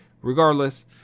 Regardless